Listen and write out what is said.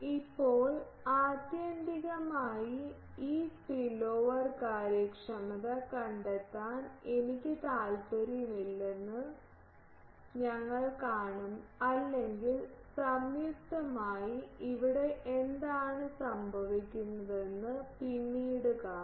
ഇപ്പോൾ ആത്യന്തികമായി ഈ സ്പിൽഓവർ കാര്യക്ഷമത കണ്ടെത്താൻ എനിക്ക് താൽപ്പര്യമില്ലെന്ന് ഞങ്ങൾ കാണും അല്ലെങ്കിൽ സംയുക്തമായി ഇവിടെ എന്താണ് സംഭവിക്കുന്നതെന്ന് പിന്നീട് കാണും